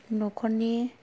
न'खरनि